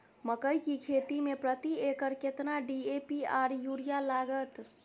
मकई की खेती में प्रति एकर केतना डी.ए.पी आर यूरिया लागत?